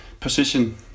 position